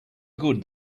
good